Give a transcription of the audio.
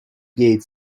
gate